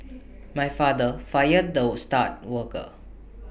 my father fired the star worker